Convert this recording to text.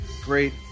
great